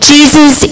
Jesus